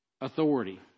authority